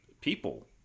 people